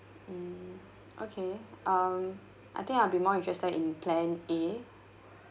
mm okay um I think I'll be more interested in plan A